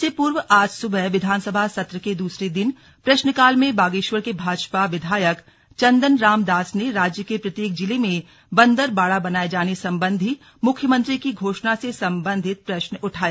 इससे पूर्व आज सुबह विधानसभा सत्र के दूसरे दिन प्रश्नकाल में बागेश्वर के भाजपा विधायक चंदन राम दास ने राज्य के प्रत्येक जिले में बंदरबाड़ा बनाए जाने संबंधी मुख्यमंत्री की घोषणा से संबंधित प्रश्न उठाया